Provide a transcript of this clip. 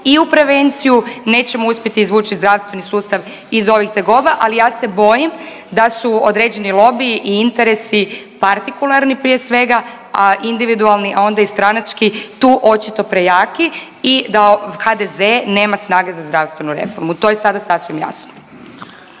i u prevenciju nećemo uspjeti izvući zdravstveni sustav iz ovih tegova. Ali ja se bojim da su određeni lobiji i interesi partikularni prije svega, a individualni, a onda i stranački tu očito prejaki i da HDZ nema snage za zdravstvenu reformu to je sada sasvim jasno.